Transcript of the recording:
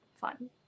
fun